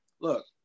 look